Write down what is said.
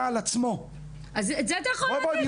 על עצמו --- את זה אתה יכול להגיד,